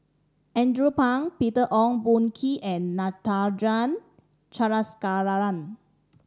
Andrew Phang Peter Ong Boon Kwee and Natarajan Chandrasekaran